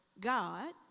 God